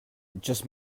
just